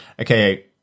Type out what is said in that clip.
okay